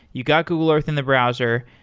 you got google earth in the browser,